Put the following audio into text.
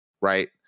right